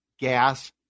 gas